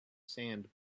sand